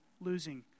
losing